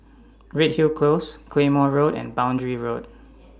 Redhill Close Claymore Road and Boundary Road